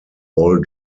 all